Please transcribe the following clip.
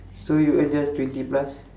so you earn just twenty plus